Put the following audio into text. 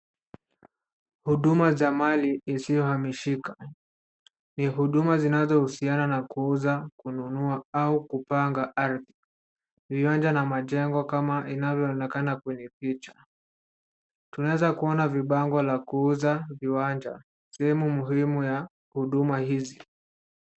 Huduma za mali isiyohamishika. Ni huduma zinazohusiana na kuuza, kununua au kupanga ardhi, viwanja na majengo kama inavyoonekana kujificha. Tunaeza kuona vibango la kuuza viwanja, sehemu muhimu ya huduma hizi.